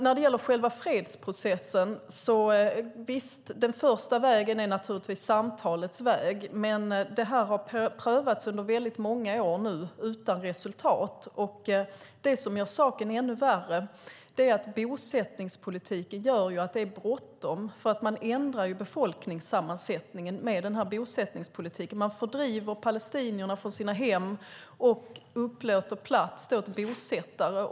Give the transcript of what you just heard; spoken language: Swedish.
När det gäller själva fredsprocessen: Visst, den första vägen är naturligtvis samtalets väg. Men det har nu prövats i väldigt många år, utan resultat. Det som gör saken ännu värre är bosättningspolitiken. Det är bråttom. Befolkningssammansättningen ändras med bosättningspolitiken. Man fördriver palestinierna från deras hem och upplåter plats åt bosättare.